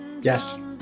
yes